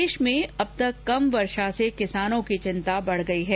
प्रदेश में अब तक कम वर्षा से किसानों की चिंता बढ़ गई है